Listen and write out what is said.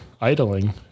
idling